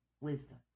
wisdom